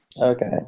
Okay